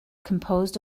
composed